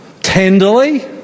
tenderly